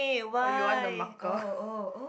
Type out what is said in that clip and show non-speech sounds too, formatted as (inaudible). oh you want the marker (laughs)